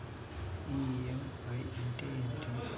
EMI అంటే ఏమిటి?